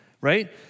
right